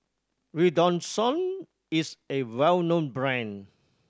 Redoxon is a well known brand